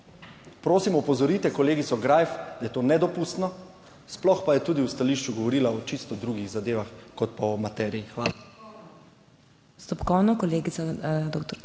Prosim, opozorite kolegico Greif, da je to nedopustno, sploh pa je tudi v stališču govorila o čisto drugih zadevah kot o materiji. Hvala.